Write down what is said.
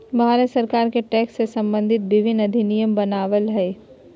भारत सरकार टैक्स से सम्बंधित विभिन्न अधिनियम बनयलकय हइ